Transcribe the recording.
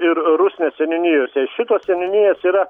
ir rusnės seniūnijuose šitos seniūnijos yra